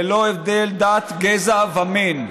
ללא הבדל דת, גזע ומין.